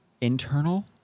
internal